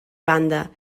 banda